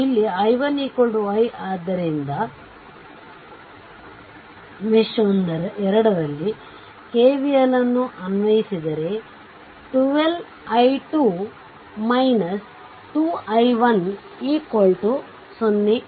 ಇಲ್ಲಿ i1i ಆದ್ದರಿಂದ mesh 2 ನಲ್ಲಿ KVL ನ್ನು ಅನ್ವಯಿಸಿದರೆ 12 i2 2 i1 0